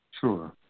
Sure